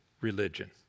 religion